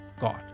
God